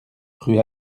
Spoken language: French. rue